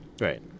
right